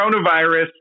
coronavirus